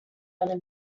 only